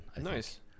Nice